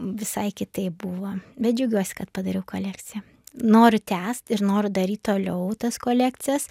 visai kitaip buvo bet džiaugiuosi kad padariau kolekciją noriu tęst ir noriu daryt toliau tas kolekcijas